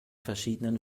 verschiedenen